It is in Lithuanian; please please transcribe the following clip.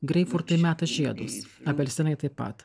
greipfrutai meta žiedus apelsinai taip pat